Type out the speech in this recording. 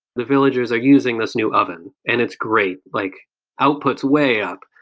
the villagers are using this new oven and it's great, like outputs way up.